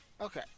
Okay